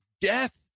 death